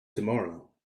tomorrow